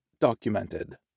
documented